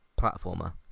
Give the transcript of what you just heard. platformer